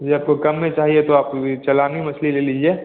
जी आपको कम में चाहिए तो आप यह चलानी मछली ले लीजिए